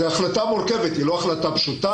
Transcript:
זאת החלטה מורכבת, והיא לא החלטה פשוטה.